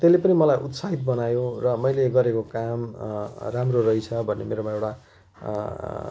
त्यसले पनि मलाई उत्साहित बनायो र मैले गरेको काम राम्रो रहेछ भन्ने मेरोमा एउटा